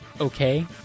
okay